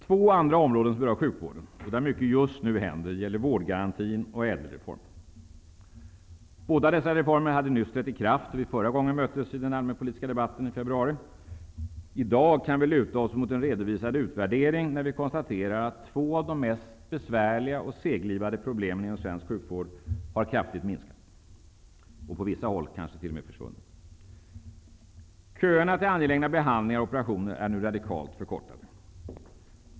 Två andra områden inom sjukvården där det just nu händer mycket är vårdgarantin och ÄDEL reformen. Båda dessa reformer hade nyss trätt i kraft när vi förra gången möttes i en allmänpolitisk debatt i februari. I dag kan vi luta oss mot en redovisad utvärdering, där vi kan konstatera att två av de mest besvärliga och seglivade problemen inom svensk sjukvård kraftigt har minskat och på vissa håll helt eliminerats. Köerna till angelägna behandlingar och operationer är nu radikalt förkortade.